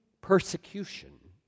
persecution